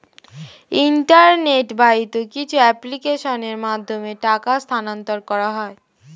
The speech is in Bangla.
ইন্টারনেট বাহিত কিছু অ্যাপ্লিকেশনের মাধ্যমে টাকা স্থানান্তর করা হয়